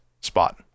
spot